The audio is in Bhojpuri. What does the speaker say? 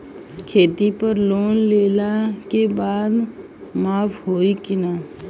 खेती पर लोन लेला के बाद माफ़ होला की ना?